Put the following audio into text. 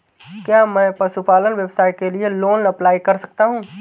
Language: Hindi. क्या मैं पशुपालन व्यवसाय के लिए लोंन अप्लाई कर सकता हूं?